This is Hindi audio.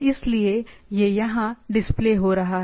इसलिए यह यहां डिस्प्ले हो रहा है